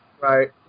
Right